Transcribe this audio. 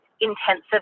intensive